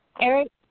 Eric